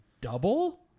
double